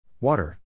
Water